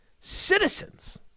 citizens